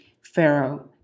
Pharaoh